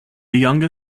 younger